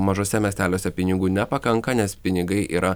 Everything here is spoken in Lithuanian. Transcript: mažuose miesteliuose pinigų nepakanka nes pinigai yra